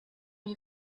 you